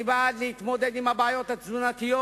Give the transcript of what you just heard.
אני בעד להתמודד עם הבעיות התזונתיות,